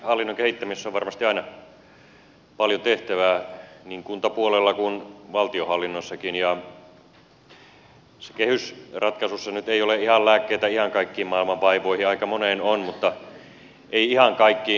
hallinnon kehittämisessä on varmasti aina paljon tehtävää niin kuntapuolella kuin valtionhallinnossakin ja kehysratkaisussa nyt ei ole lääkkeitä ihan kaikkiin maailman vaivoihin aika moneen on mutta ei ihan kaikkiin